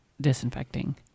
disinfecting